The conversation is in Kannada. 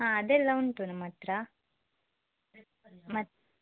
ಹಾಂ ಅದೆಲ್ಲ ಉಂಟು ನಮ್ಮ ಹತ್ರ